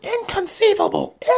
inconceivable